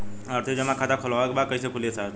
आवर्ती जमा खाता खोलवावे के बा कईसे खुली ए साहब?